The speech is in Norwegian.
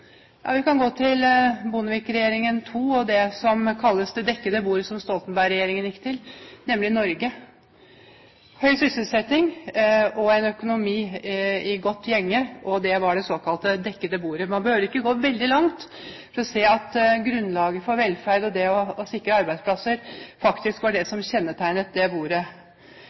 Ja, vi kan gå til Bondevik II-regjeringen og det som kalles det dekkede bordet som Stoltenberg-regjeringen gikk til, nemlig Norge. Høy sysselsetting og en økonomi i godt gjenge – det var det såkalte dekkede bordet. Man behøver ikke gå veldig langt for å se at grunnlaget for velferd og det å sikre arbeidsplasser faktisk var det som kjennetegnet det bordet.